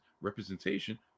representation